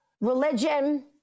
religion